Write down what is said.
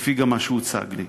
גם לפי מה שהוצג לי.